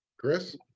chris